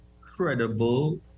credible